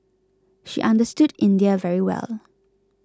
she understood India very well